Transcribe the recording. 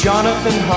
Jonathan